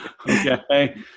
Okay